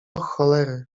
cholery